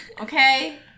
Okay